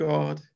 God